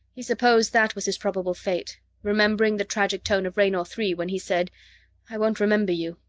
he supposed that was his probable fate remembering the tragic tone of raynor three when he said i won't remember you,